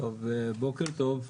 בוקר טוב,